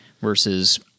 versus